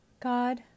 God